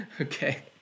Okay